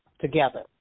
together